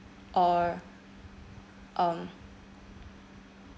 or um